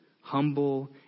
humble